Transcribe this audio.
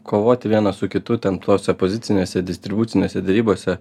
kovoti vienas su kitu ten tose pozicinėse distribucinės derybose